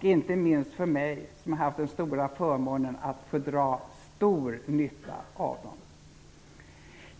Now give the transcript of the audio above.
inte minst för mig som har haft den stora förmånen att dra stor nytta av dem.